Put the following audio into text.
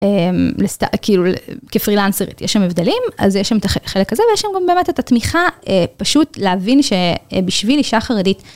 כאילו כפרילנסרית יש שם הבדלים אז יש שם את החלק הזה ויש שם גם באמת את התמיכה פשוט להבין שבשביל אישה חרדית.